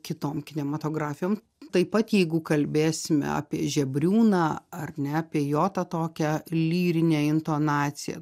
kitom kinematografijom taip pat jeigu kalbėsime apie žebriūną ar ne apie jo tą tokią lyrinę intonaciją